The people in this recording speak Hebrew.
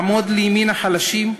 לעמוד לימין החלשים,